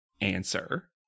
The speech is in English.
answer